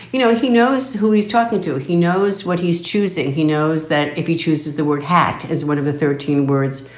you know, he knows who he's talking to. he knows what he's choosing. he knows that if he chooses the word hat is one of the thirteen words,